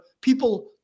people